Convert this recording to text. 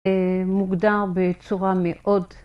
‫מוגדר בצורה מאוד